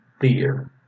fear